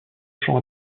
chant